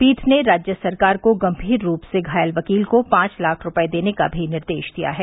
पीठ ने राज्य सरकार को गंभीर रूप से घायल वकील को पांच लाख रूपये देने का निर्देश भी दिया है